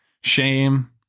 shame